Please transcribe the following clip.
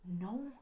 no